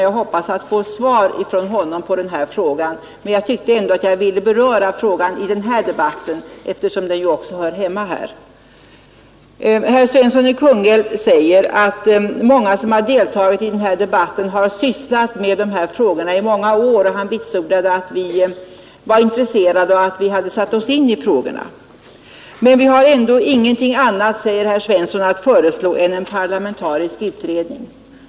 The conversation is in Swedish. Jag hoppas att få svar från honom på denna fråga. Men jag tyckte ändå att jag ville beröra frågan i denna debatt, eftersom den ju hör hemma här. Herr Svensson i Kungälv sade att många som har deltagit i debatten har sysslat med dessa frågor i många år. Han vitsordade att vi var intresserade och hade satt oss in i frågorna, men vi har ändå ingenting annat att föreslå, säger herr Svensson, än en parlamentarisk utredning.